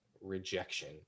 rejection